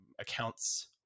accounts